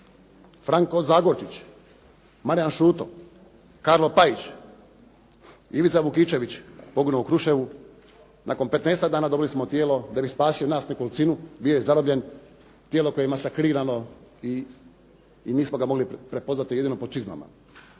Franko Zagorčić, Marijan Šuto, Karlo Pajić, Ivica Vukičević poginuo u Kruševu, nakon 15-ak dana dobili smo tijelo da bi spasio nas nekolicinu, bio je zarobljen. Tijelo koje je masakrirano i nismo ga mogli prepoznati, jedino po čizmama.